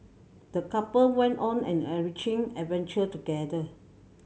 the couple went on an enriching adventure together